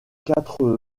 quatre